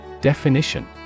Definition